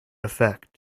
effect